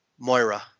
Moira